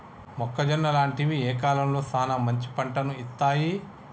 మొక్కజొన్న లాంటివి ఏ కాలంలో సానా మంచి పంటను ఇత్తయ్?